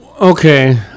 okay